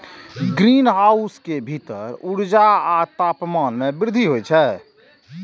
greenhouse के भीतर ऊर्जा आ तापमान मे वृद्धि होइ छै